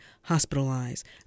hospitalized